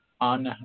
on